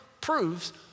proves